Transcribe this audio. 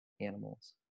animals